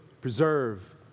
preserve